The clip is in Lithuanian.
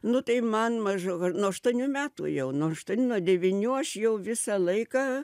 nu tai man maždaug nuo aštuonių metų jau nuo aštuonių nuo devynių aš jau visą laiką